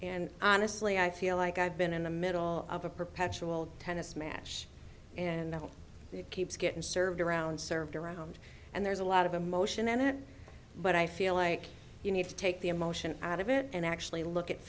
and honestly i feel like i've been in the middle of a perpetual tennis match and it keeps getting served around served around and there's a lot of emotion then but i feel like you need to take the emotion out of it and actually look at